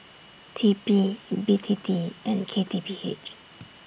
T P B T T and K T P H